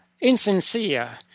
insincere